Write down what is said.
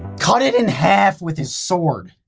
cut it in half with his sword,